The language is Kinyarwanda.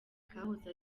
kahoze